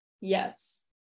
yes